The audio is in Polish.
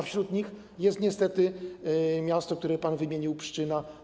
Wśród nich jest niestety miasto, które pan wymienił - Pszczyna.